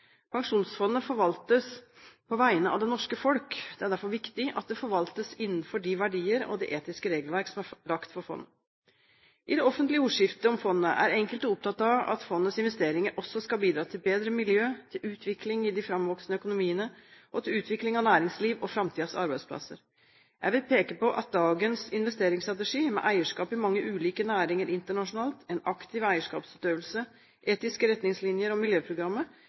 Pensjonsfondet forvaltes på vegne av det norske folk. Det er derfor viktig at det forvaltes innenfor de verdier og det etiske regelverk som er lagt for fondet. I det offentlige ordskiftet om fondet er enkelte opptatt av at fondets investeringer også skal bidra til bedre miljø, til utvikling i de framvoksende økonomiene og til utvikling av næringsliv og framtidens arbeidsplasser. Jeg vil peke på at dagens investeringsstrategi, med eierskap i mange ulike næringer internasjonalt, en aktiv eierskapsutøvelse, etiske retningslinjer og miljøprogrammet